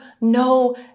no